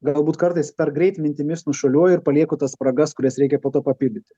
galbūt kartais per greit mintimis nušuoliuoju ir palieku tas spragas kurias reikia po to papildyti